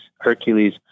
Hercules